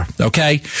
Okay